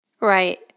Right